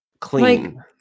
clean